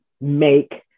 make